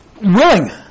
willing